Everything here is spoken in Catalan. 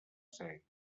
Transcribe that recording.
ser